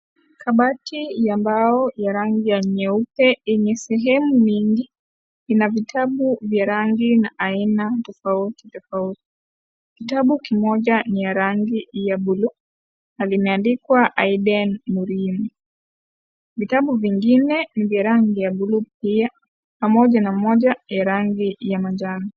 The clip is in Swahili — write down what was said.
Kabati ya mbao ya rangi ya nyeupe, yenye sehemu nyingi ina vitabu vya rangi na aina tofauti tofauti. Kitabu kimoja ni ya rangi ya bluu na limeandikwa Aiden Murimi. Vitabu vingine ni vya rangi ya bluu pia, pamoja na moja ya rangi ya manjano.